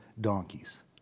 donkeys